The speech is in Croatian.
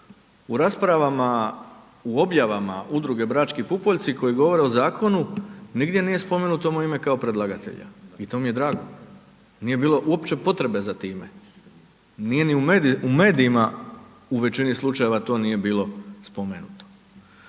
u raspravama u objavama udruge Brački pupoljci koji govore o zakonu, nigdje nije spomenuto moje ime kao predlagatelja i to mi je drago. Nije bilo uopće potrebe za time. Nije ni u medijima, u većini slučajeva to nije bilo spomenuto.